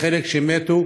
יש חלק שמתו,